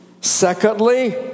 Secondly